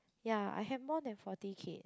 ya I have more than forty kid